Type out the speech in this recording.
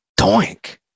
Doink